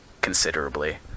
Considerably